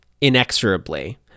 inexorably